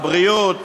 הבריאות,